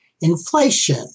inflation